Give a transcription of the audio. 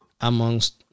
amongst